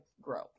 grow